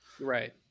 right